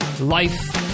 life